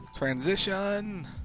Transition